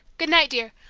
good-night, dear!